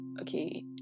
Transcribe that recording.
okay